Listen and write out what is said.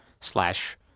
slash